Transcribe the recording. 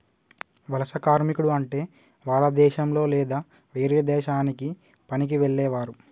వలస కార్మికుడు అంటే వాల్ల దేశంలొ లేదా వేరే దేశానికి పనికి వెళ్లేవారు